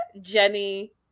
Jenny